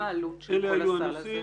מה העלות של הסל הזה?